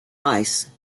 ice